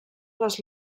les